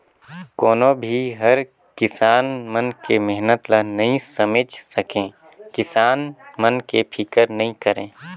कोनो भी हर किसान मन के मेहनत ल नइ समेझ सके, किसान मन के फिकर नइ करे